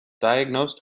diagnosed